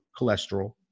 cholesterol